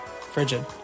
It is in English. frigid